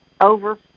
over